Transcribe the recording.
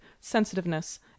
sensitiveness